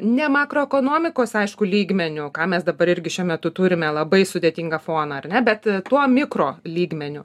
ne makroekonomikos aišku lygmeniu ką mes dabar irgi šiuo metu turime labai sudėtingą foną ar ne bet tuo mikro lygmeniu